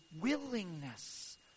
willingness